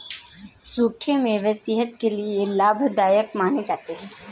सुखे मेवे सेहत के लिये लाभदायक माने जाते है